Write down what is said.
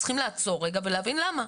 צריכים לעצור רגע ולהבין למה.